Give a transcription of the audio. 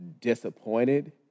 disappointed